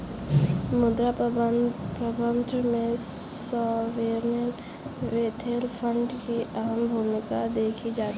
मुद्रा प्रबन्धन में सॉवरेन वेल्थ फंड की अहम भूमिका देखी जाती है